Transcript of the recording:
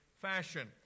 fashion